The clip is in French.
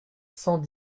cent